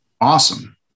awesome